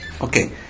Okay